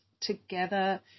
together